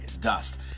dust